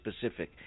specific